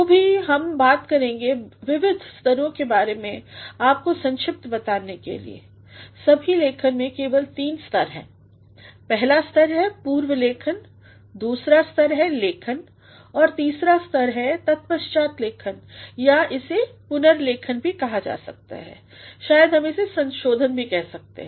तो हम बात करेंगे विविध स्तरों के बारे में आपको संक्षिप्त बताने के लिए सभी लेखन में केवल तीन स्तर हैं पहला स्तर है पूर्व लेखन दूसरा स्तर है लेखन और तीसरा स्तर हैतत्पश्चातलेखन या इसेपुनर्लेखनभी कहा जा सकता है शायद हम इसे संशोधनभी कह सकते हैं